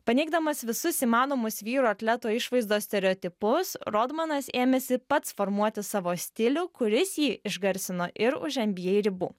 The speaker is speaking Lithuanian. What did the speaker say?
paneigdamas visus įmanomus vyro atleto išvaizdos stereotipus rodmanas ėmėsi pats formuoti savo stilių kuris jį išgarsino ir už nba ribų